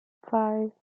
five